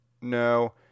no